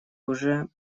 уже